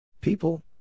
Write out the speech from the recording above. People